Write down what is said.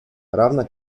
равно